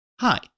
Hi